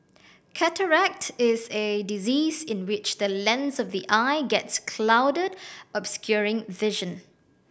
cataract is a disease in which the lens of the eye gets clouded obscuring vision